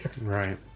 Right